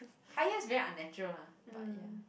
high heels very unnatural lah but ya